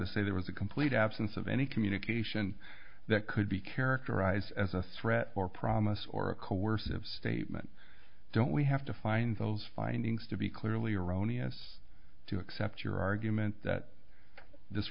to say there was a complete absence of any communication that could be characterized as a threat or promise or a coercive statement don't we have to find those findings to be clearly erroneous to accept your argument that